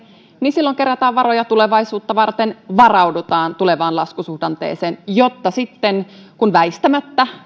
niin silloin kerätään varoja tulevaisuutta varten varaudutaan tulevaan laskusuhdanteeseen jotta sitten kun väistämättä